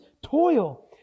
toil